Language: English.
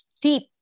deep